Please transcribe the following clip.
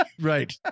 Right